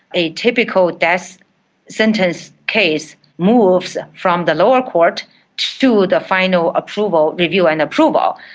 a typical death sentence case moves from the lower court to the final approval review and approval,